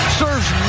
serves